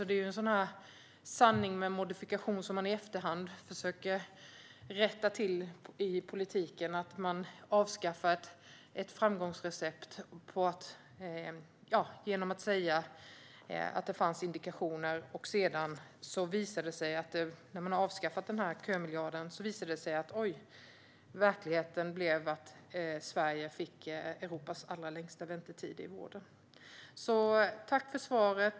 Detta är en sanning med modifikation, som man i efterhand har försökt att rätta till i politiken. Man avskaffade ett framgångsrecept och hänvisade till att det fanns indikationer, men när man sedan hade avskaffat kömiljarden visade det sig att verkligheten blev att Sverige fick Europas allra längsta väntetider i vården. Jag tackar för svaret.